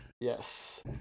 Yes